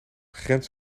grenst